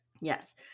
Yes